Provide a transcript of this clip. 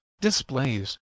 displays